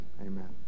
amen